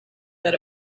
that